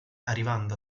arrivando